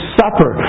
supper